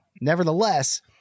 nevertheless